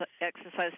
exercise